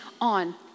on